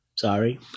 Sorry